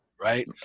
right